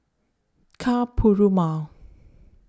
Ka Perumal